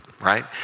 right